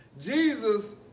Jesus